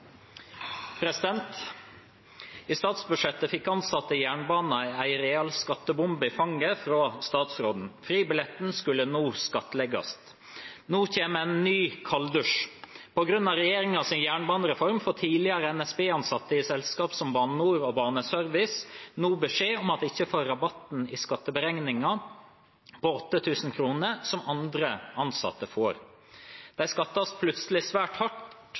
ansatte i jernbanen en real skattebombe i fanget fra statsråden. Fribilletten skulle nå skattlegges. Nå kommer nok en kalddusj. På grunn av regjeringens jernbanereform får tidligere NSB-ansatte i selskaper som Bane NOR og Baneservice nå beskjed om at de ikke får rabatten i skatteberegningen på 8 000 kroner som andre ansatte får. De skattes plutselig svært hardt